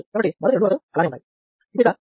కాబట్టి మొదటి రెండు వరుసలు అలానే ఉంటాయి